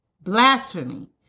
blasphemy